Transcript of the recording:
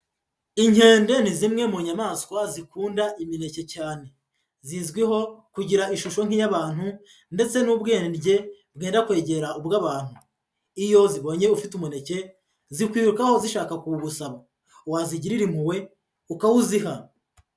Inkende ni zimwe mu nyamaswa zikunda imineke cyane, zizwiho kugira ishusho nk'iy'abantu ndetse n'ubwenge bwenda kwegera ubw'abantu, iyo zibonye ufite umuneke zikwirukaho zishaka kuwugusaba, wazigirira impuhwe ukawuziha.